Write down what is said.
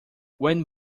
when